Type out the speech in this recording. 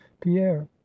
pierre